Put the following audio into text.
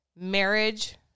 marriage